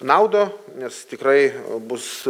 naudą nes tikrai bus